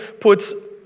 puts